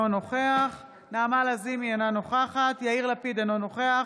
נוכח נעמה לזימי, אינה נוכחת יאיר לפיד, אינו נוכח